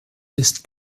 ist